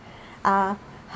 uh